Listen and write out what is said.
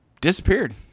disappeared